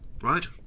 right